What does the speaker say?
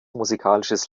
musikalisches